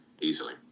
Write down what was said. easily